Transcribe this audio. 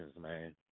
man